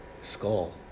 skull